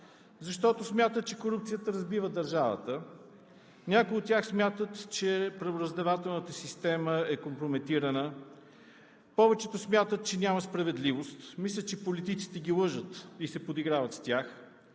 Защото смятат, че корупцията разбива държавата. Някои от тях смятат, че правораздавателната система е компрометирана. Повечето смятат, че няма справедливост. Мислят, че политиците ги лъжат и се подиграват с тях.